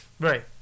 Right